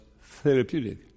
therapeutic